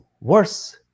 worse